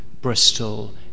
Bristol